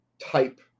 type